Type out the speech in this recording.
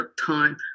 time